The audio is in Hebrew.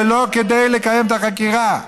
ולא כדי לקיים את החקירה.